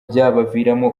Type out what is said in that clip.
byabaviramo